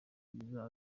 kugeza